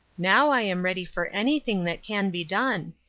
now i am ready for anything that can be done.